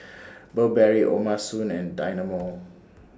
Burberry O'ma Spoon and Dynamo